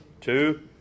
two